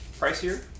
pricier